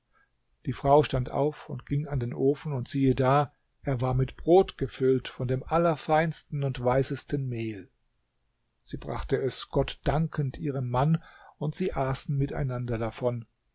die frau stand auf und ging an den ofen und siehe da er war mit brot gefüllt von dem allerfeinsten und weißesten mehl sie brachte es gott dankend ihrem mann und sie aßen miteinander davon